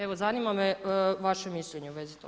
Evo, zanima me vaše mišljenje u vezi toga.